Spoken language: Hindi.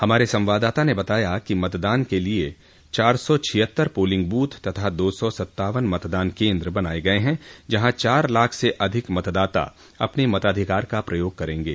हमारे संवाददाता ने बताया है कि मतदान के लिए चार सौ छियत्तर पोलिंग बूथ तथा दो सौ सत्तावन मतदान केन्द्र बनाये गये हैं जहाँ चार लाख से अधिक मतदाता अपने मताधिकार का प्रयोग करेंगे